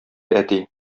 әти